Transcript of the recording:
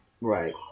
Right